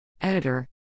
Editor